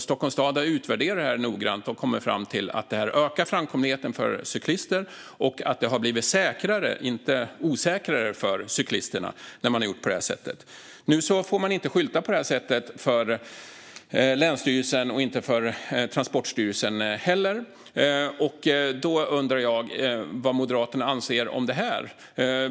Stockholms stad har utvärderat detta noggrant och kommit fram till att det ökar framkomligheten för cyklister samt att det har blivit säkrare - inte osäkrare - för cyklisterna när man har gjort på det här sättet. Nu får man inte skylta på detta sätt för länsstyrelsen, och inte för Transportstyrelsen heller. Jag undrar vad Moderaterna anser om det här.